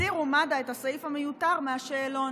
הסירו מד"א את הסעיף המיותר מהשאלון.